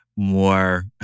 more